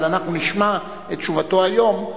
אבל אנחנו נשמע את תשובתו היום,